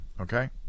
okay